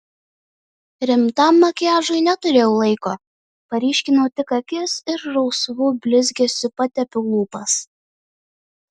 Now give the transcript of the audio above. rimtam makiažui neturėjau laiko paryškinau tik akis ir rausvu blizgesiu patepiau lūpas